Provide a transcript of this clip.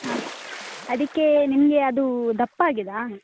ಹಾಂ ಅದಕ್ಕೆ ನಿಮಗೆ ಅದೂ ದಪ್ಪ ಆಗಿದ್ದಾ